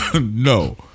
No